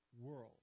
world